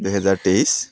দুহেজাৰ তেইছ